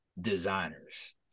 designers